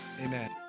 amen